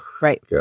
Right